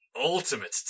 Ultimate